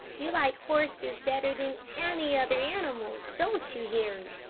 you like horses better than any other animals, don't you, harry?